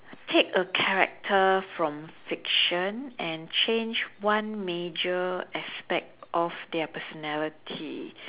take a character from fiction and change one major aspect of their personality